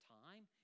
time